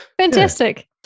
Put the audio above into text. Fantastic